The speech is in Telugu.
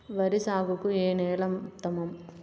వరి సాగుకు ఏ నేల ఉత్తమం?